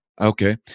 Okay